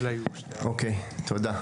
אוקיי, תודה.